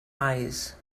eyes